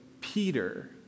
Peter